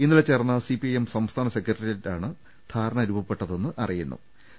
ഇന്നലെ ചേർന്ന സിപിഐഎം സംസ്ഥാന സെക്രട്ടറിയേറ്റിലാണ് ധാരണ രൂപപ്പെട്ടതെന്ന് അറിയു ന്നു